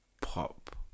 pop